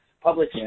public